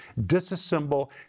disassemble